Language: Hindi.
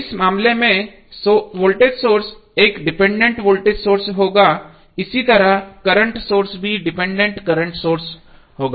इस मामले में वोल्टेज सोर्स एक डिपेंडेंट वोल्टेज सोर्स होगा इसी तरह करंट सोर्स भी डिपेंडेंट करंट सोर्स होगा